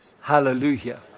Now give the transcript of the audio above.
Hallelujah